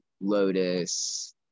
lotus